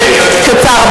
קצר,